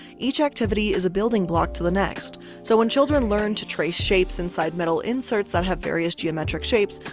each activity is a building block to the next. so when children learn to trace shapes inside metal inserts that have various geometric shapes,